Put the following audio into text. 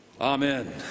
Amen